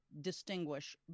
distinguish